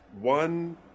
One